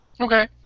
Okay